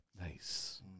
Nice